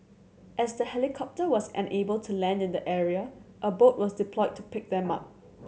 as the helicopter was unable to land in the area a boat was deployed to pick them up